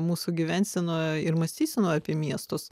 mūsų gyvensenoje ir mąstysenoje apie miestus